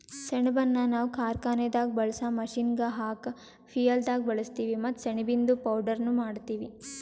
ಸೆಣಬನ್ನ ನಾವ್ ಕಾರ್ಖಾನೆದಾಗ್ ಬಳ್ಸಾ ಮಷೀನ್ಗ್ ಹಾಕ ಫ್ಯುಯೆಲ್ದಾಗ್ ಬಳಸ್ತೀವಿ ಮತ್ತ್ ಸೆಣಬಿಂದು ಪೌಡರ್ನು ಮಾಡ್ತೀವಿ